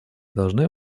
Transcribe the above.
должны